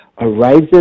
arises